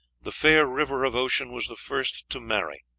the fair river of ocean was the first to marry,